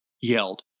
yelled